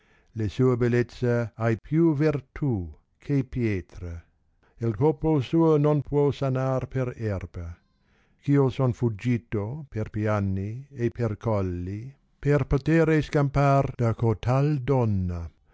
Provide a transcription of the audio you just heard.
le sue bellezze han più vertù che pietra e u colpo suo non può sanar p r erba ch io sod fuggito per piani e per colli per potere scampar da cotal donna